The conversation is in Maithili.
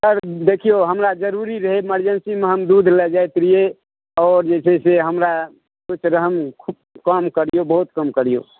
सर देखियौ हमरा जरुरी रहै मरजेंसी मे हम दूध लऽ जाइत रहियै आओर जे छै से हमरा कम करियौ बहुत कम करियौ